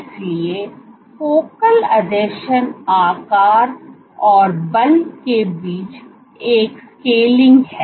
इसलिए फोकल आसंजन आकार और बल के बीच एक स्केलिंग है